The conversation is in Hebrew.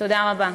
תודה רבה.